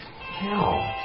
hell